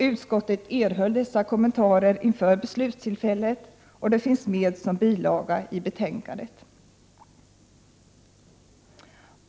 Utskottet erhöll dessa kommentarer inför beslutstillfället, och de finns med som bilaga till betänkandet.